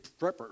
prepper